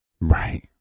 right